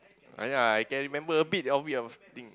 ah ya I can remember a bit a bit of thing